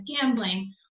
gambling